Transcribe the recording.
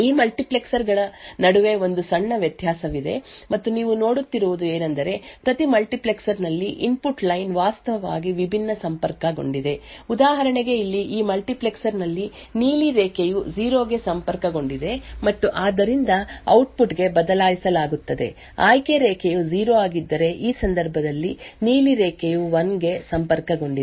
2 multiplexer ಗಳ ನಡುವೆ ಒಂದು ಸಣ್ಣ ವ್ಯತ್ಯಾಸವಿದೆ ಮತ್ತು ನೀವು ನೋಡುತ್ತಿರುವುದು ಏನೆಂದರೆ ಪ್ರತಿ ಮಲ್ಟಿಪ್ಲೆಕ್ಸರ್ ನಲ್ಲಿ ಇನ್ಪುಟ್ ಲೈನ್ ವಾಸ್ತವವಾಗಿ ವಿಭಿನ್ನವಾಗಿ ಸಂಪರ್ಕಗೊಂಡಿದೆ ಉದಾಹರಣೆಗೆ ಇಲ್ಲಿ ಈ ಮಲ್ಟಿಪ್ಲೆಕ್ಸರ್ ನಲ್ಲಿ ನೀಲಿ ರೇಖೆಯು 0 ಗೆ ಸಂಪರ್ಕಗೊಂಡಿದೆ ಮತ್ತು ಆದ್ದರಿಂದ ಔಟ್ಪುಟ್ ಗೆ ಬದಲಾಯಿಸಲಾಗುತ್ತದೆ ಆಯ್ಕೆ ರೇಖೆಯು 0 ಆಗಿದ್ದರೆ ಈ ಸಂದರ್ಭದಲ್ಲಿ ನೀಲಿ ರೇಖೆಯು 1 ಗೆ ಸಂಪರ್ಕಗೊಂಡಿದೆ